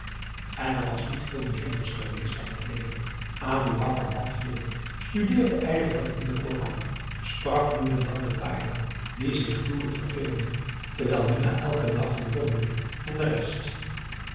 en er was niet veel bijzonders geweest aan dat leven aboe bakar bad veel studeerde ijverig in den koran sprak nu en dan met dailah die zich gruwelijk verveelde terwijl minah eiken dag ging dobbelen en de rest